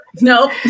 No